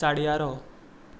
चाडयारो